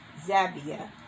Zabia